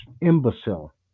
imbecile